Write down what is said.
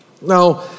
Now